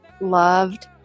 loved